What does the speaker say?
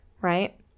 right